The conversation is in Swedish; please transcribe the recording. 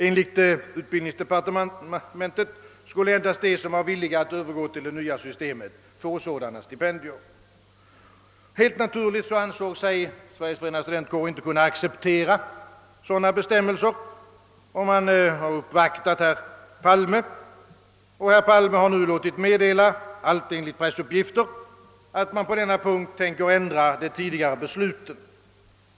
Enligt utbildningsdepartementet skulle endast de som var villiga att övergå till det nya systemet få sådana stipendier: Helt naturligt ansåg sig Sveriges förenade studentkårer inte kunna acceptera sådana bestämmelser, och man har uppvaktat herr Palme. Denne har nu låtit meddela — allt enligt pressuppgifter — att man på denna punkt tänker ändra de tidigare besluten.